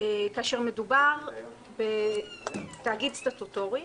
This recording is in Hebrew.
כאשר מדובר בתאגיד סטטוטורי